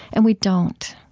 and we don't.